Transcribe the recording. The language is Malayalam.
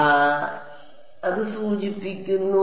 അതിനാൽ അത് സൂചിപ്പിക്കുന്നു